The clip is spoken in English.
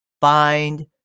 find